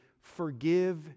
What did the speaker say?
forgive